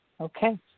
Okay